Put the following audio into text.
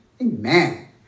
Amen